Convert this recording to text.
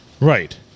Right